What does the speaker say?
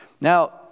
now